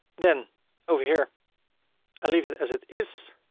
then over here i'll leave it as it is.